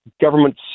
government